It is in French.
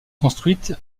construite